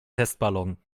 testballon